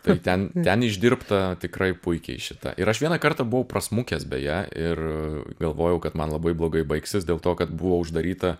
tai ten ten išdirbta tikrai puikiai šita ir aš vieną kartą buvau prasmukęs beje ir galvojau kad man labai blogai baigsis dėl to kad buvo uždaryta